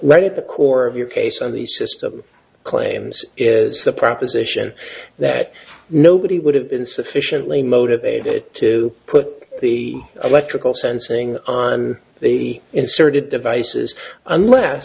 right at the core of your case on the system claims is the proposition that nobody would have been sufficiently motivated to put the electrical sensing on the inserted devices unless